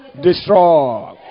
destroy